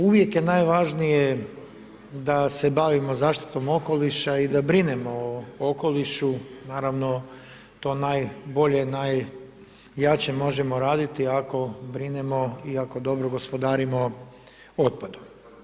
Uvijek je najvažnije da se bavimo zaštitom okoliša i da brinemo o okolišu, naravno to najbolje, najjače možemo raditi ako brinemo i ako dobro gospodarimo otpadom.